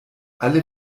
alle